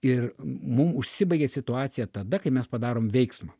ir mum užsibaigia situacija tada kai mes padarom veiksmą